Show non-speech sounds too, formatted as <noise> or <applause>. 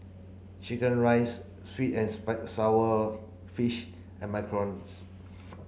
chicken rice sweet and <unintelligible> sour fish and Macarons